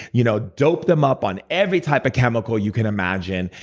you know dope them up on every type of chemical you can imagine,